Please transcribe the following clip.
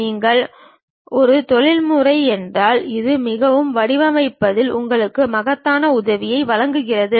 நீங்கள் ஒரு தொழில்முறை என்றால் இது பொருட்களை வடிவமைப்பதில் உங்களுக்கு மகத்தான உதவியை வழங்குகிறது